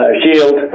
shield